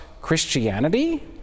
Christianity